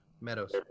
meadows